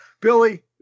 Billy